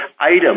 item